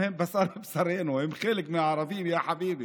הדרוזים הם בשר מבשרנו, הם חלק מהערבים, יא חביבי.